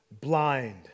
blind